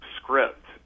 script